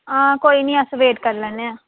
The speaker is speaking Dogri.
हां कोई नी अस वेट कर लैने आं